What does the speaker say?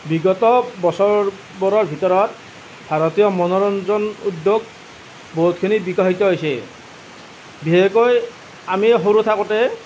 বিগত বছৰবোৰৰ ভিতৰত ভাৰতীয় মনোৰঞ্জন উদ্যোগ বহুতখিনি বিকশিত হৈছে বিশেষকৈ আমি সৰু থাকোঁতে